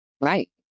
Right